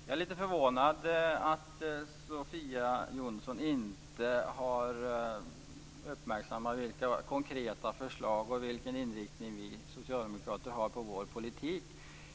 Herr talman! Jag är lite förvånad över att Sofia Jonsson inte har uppmärksammat vilka konkreta förslag vi socialdemokrater har och vilken inriktning vi har på vår politik.